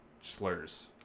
slurs